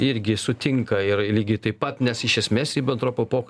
irgi sutinka ir ir lygiai taip pat nes iš esmės ribentropo